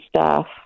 staff